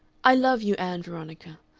i love you, ann veronica.